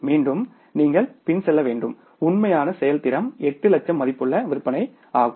மீண்டும் நீங்கள் பின் செல்ல வேண்டும் உண்மையான செயல்திறன் 8 லட்சம் மதிப்புள்ள விற்பனை ஆகும